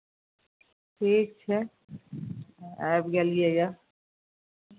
ठीक छै आबि गेलियैए